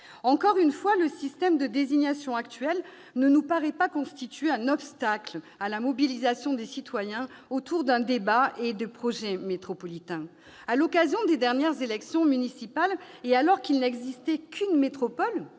Encore une fois, le système de désignation actuel ne nous paraît pas constituer un obstacle à la mobilisation des citoyens autour d'un débat et de projets métropolitains. À l'occasion des dernières élections municipales, et alors qu'il n'existait qu'une métropole,